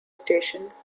stations